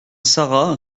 sara